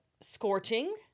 scorching